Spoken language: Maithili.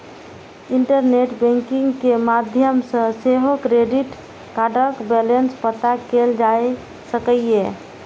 इंटरनेट बैंकिंग के माध्यम सं सेहो क्रेडिट कार्डक बैलेंस पता कैल जा सकैए